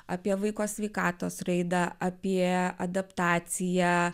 apie vaiko sveikatos raidą apie adaptaciją